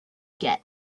get